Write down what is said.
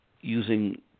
using